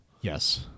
Yes